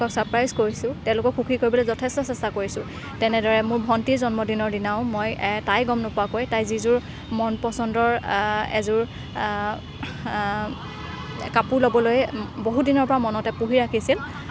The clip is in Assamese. ছাৰপ্ৰাইজ কৰিছোঁ তেওঁলোকক সুখী কৰিবলৈ যথেষ্ট চেষ্টা কৰিছোঁ তেনেদৰে মোৰ ভণ্টিৰ জন্মদিনৰ দিনাও মই তাই গম নোপোৱাকৈ যিযোৰ মন পছন্দৰ এযোৰ কাপোৰ ল'বলৈ বহুদিনৰ পৰা মনতে পুহি ৰাখিছিল